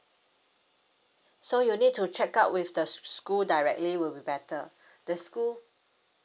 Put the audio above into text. so you need to check out with the s~ school directly will be better the school